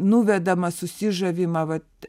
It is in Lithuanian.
nuvedama susižavima vat